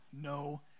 No